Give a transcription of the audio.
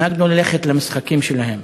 נהגנו ללכת למשחקים שלהם.